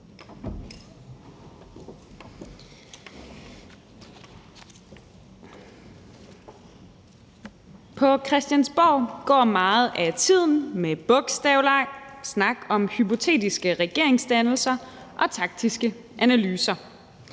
På Christiansborg går meget af tiden med bogstavleg, snak om hypotetiske regeringsdannelser og taktiske analyser.